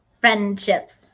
friendships